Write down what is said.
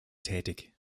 tätig